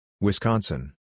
Wisconsin